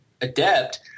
adept